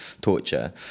torture